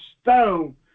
stone